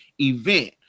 event